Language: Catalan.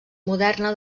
moderna